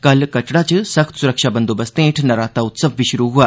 कल कटरा च सख्त सुरक्षा बंदोबस्तें हेठ नराता उत्सव बी शुरु होआ